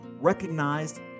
recognized